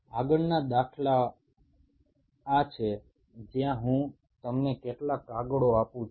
এরপরের বিষয়টি সম্পর্কে আমি তোমাদেরকে কিছু পেপার দেবো